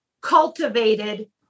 cultivated